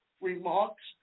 remarks